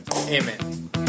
Amen